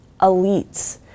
elites